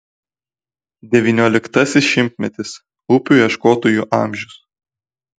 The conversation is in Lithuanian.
devynioliktasis šimtmetis upių ieškotojų amžius